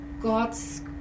God's